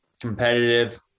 competitive